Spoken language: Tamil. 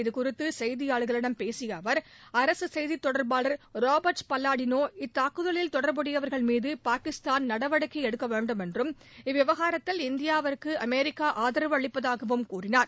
இதுகுறித்து செய்தியாளர்களிடம் பேசிய அரசு செய்தி தொடர்பாளா ராபர்ட் பலாடினோ இத்தாக்குதலில் தொடர்புடையவர்கள் மீது பாகிஸ்தான் நடவடிக்கை எடுக்கவேண்டும் என்றும் இவ்விவகாரத்தில் இந்தியாவுக்கு அமெரிக்கா ஆதரவு அளிப்பதாகவும் கூறினார்